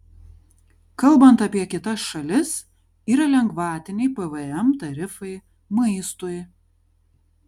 kalbant apie kitas šalis yra lengvatiniai pvm tarifai maistui